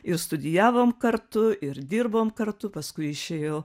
ir studijavom kartu ir dirbom kartu paskui išėjo